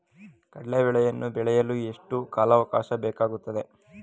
ಕಡ್ಲೆ ಬೇಳೆಯನ್ನು ಬೆಳೆಯಲು ಎಷ್ಟು ಕಾಲಾವಾಕಾಶ ಬೇಕಾಗುತ್ತದೆ?